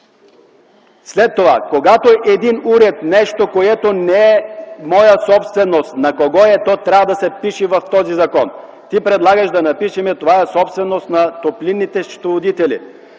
я знае. Когато един уред, нещо което не е моя собственост – на кого е? – това трябва да се впише в този закон. Ти предлагаш да напишем: това е собственост на топлинните счетоводители.